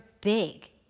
big